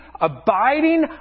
abiding